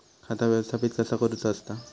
खाता व्यवस्थापित कसा करुचा असता?